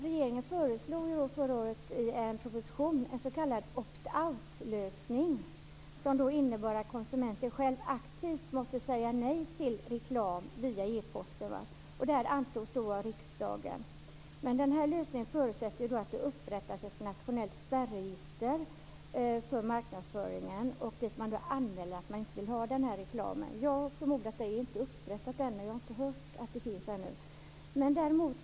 Regeringen föreslog förra året i en proposition en s.k. opt out-lösning som innebar att konsumenten själv aktivt måste säga nej till reklam via e-posten, och det antogs av riksdagen. Den här lösningen förutsätter att det upprättas ett nationellt spärregister för marknadsföringen dit man anmäler att man inte vill ha reklamen. Jag förmodar att det inte är upprättat ännu.